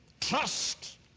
Trust